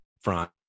front